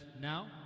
now